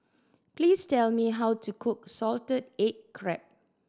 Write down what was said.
please tell me how to cook salted egg crab